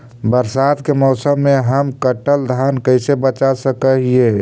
बरसात के मौसम में हम कटल धान कैसे बचा सक हिय?